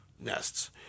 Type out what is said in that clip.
nests